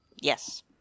Yes